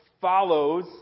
follows